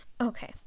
Okay